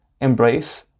embrace